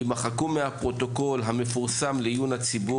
יימחקו מהפרוטוקול המפורסם לעיון הציבור